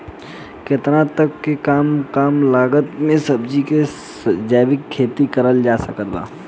केतना तक के कम से कम लागत मे सब्जी के जैविक खेती करल जा सकत बा?